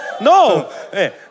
No